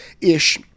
ish